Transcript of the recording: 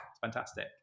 fantastic